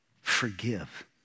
Forgive